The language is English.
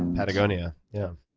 and patagonia, yeah.